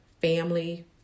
family